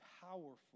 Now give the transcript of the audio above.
powerful